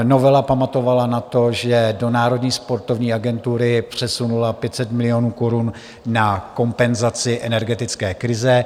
Novela pamatovala na to, že do Národní sportovní agentury přesunula 500 milionů korun na kompenzaci energetické krize.